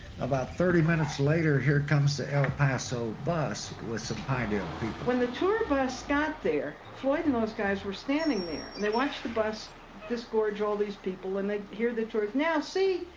about thirty minutes later, here comes the el paso bus with some ideal people. when the tour bus got there, floyd and those guys were standing there and they watched the bus disgorge all these people and they hear the tour, now see,